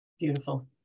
beautiful